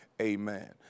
Amen